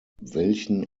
welchen